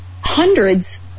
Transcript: hundreds